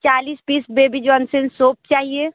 चालीस piece baby Johnson's soap चाहिए